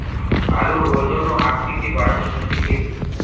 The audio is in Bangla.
আলুর ওজন ও আকৃতি বাড়াতে জমিতে কি দেবো?